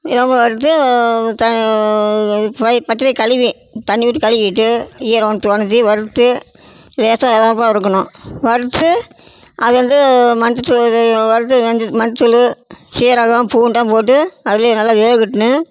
இள வறுப்பாக வறுத்து பச்சை பயிறை கழுவி தண்ணி ஊற்றி கழுவிட்டு ஈரம் உலர்த்தி வறுத்து லேசாக சிவப்பாக வறுக்கணும் வறுத்து அதுவந்து மஞ்சத்தூள் இதையும் வறுத்து மஞ்ச மஞ்சத்தூள் சீரகம் பூண்டை போட்டு அதிலே நல்லா வேகட்ணுன்னு